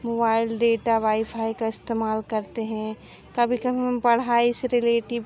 mobile data wifi का इस्तेमाल करते हैं कभी कभी हम पढ़ाई से रिलेटिव